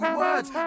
words